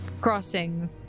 crossing